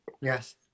Yes